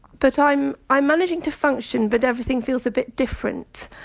but i'm i'm managing to function but everything feels a bit different.